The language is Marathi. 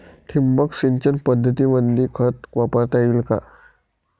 ठिबक सिंचन पद्धतीमंदी खत वापरता येईन का?